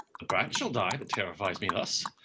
the brat shall die that terrifies me thus.